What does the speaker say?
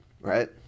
right